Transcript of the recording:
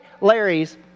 Larry's